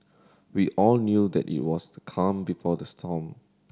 we all knew that it was the calm before the storm